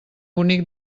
bonic